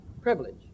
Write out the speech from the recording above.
privilege